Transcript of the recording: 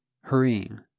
hurrying